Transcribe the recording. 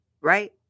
right